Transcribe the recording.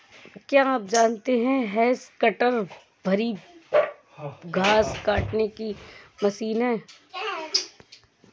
क्या आप जानते है हैज कटर भारी घांस काटने की मशीन है